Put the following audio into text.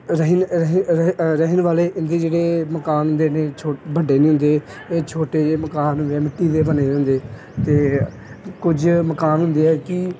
ਰਹਿਣ ਵਾਲੇ ਇਹਨਾਂ ਦੇ ਜਿਹੜੇ ਮਕਾਨ ਜਿਹੜੇ ਛੋ ਵੱਡੇ ਨਹੀਂ ਹੁੰਦੇ ਇਹ ਛੋਟੇ ਜਿਹੇ ਮਕਾਨ ਹੁੰਦੇ ਮਿੱਟੀ ਦੇ ਬਣੇ ਵੇ ਹੁੰਦੇ ਅਤੇ ਕੁਝ ਮਕਾਨ ਹੁੰਦੇ ਹੈ ਕਿ